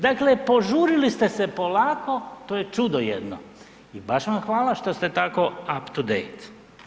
Dakle, požurili ste se polako to je čudo jedno i baš vam hvala što ste tako up to date.